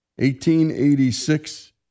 1886